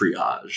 triage